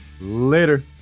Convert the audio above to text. Later